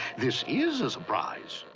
this is a surprise!